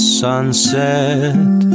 sunset